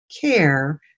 care